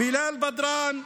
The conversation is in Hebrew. בילאל בדראן,